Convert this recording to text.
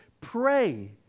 Pray